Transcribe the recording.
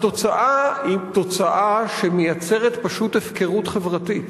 התוצאה היא תוצאה שמייצרת פשוט הפקרות חברתית,